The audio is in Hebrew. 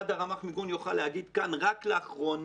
רמ"ח מיגון יוכל להגיד כאן רק לאחרונה,